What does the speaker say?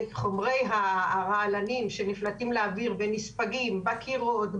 חומרי הרעלנים שנפלטים לאוויר ונספגים בקירות,